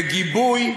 וגיבוי,